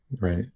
right